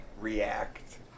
react